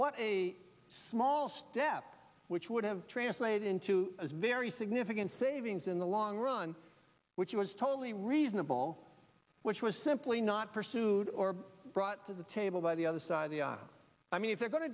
what a small step which would have translated into a very significant savings in the long run which was totally reasonable which was simply not pursued or brought to the table by the other side the i mean if they're go